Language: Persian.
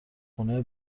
خونه